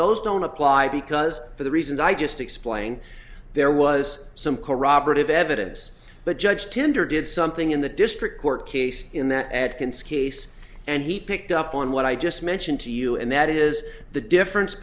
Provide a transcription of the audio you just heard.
those don't apply because for the reasons i just explained there was some corroborative evidence but judge tinder did something in the district court case in that atkins case and he picked up on what i just mentioned to you and that is the difference